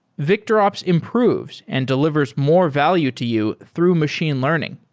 victorops improves and delivers more value to you through machine learning.